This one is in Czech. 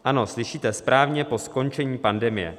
Ano, slyšíte správně po skončení pandemie.